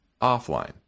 offline